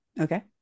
Okay